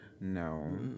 no